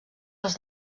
als